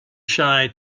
shy